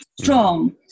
strong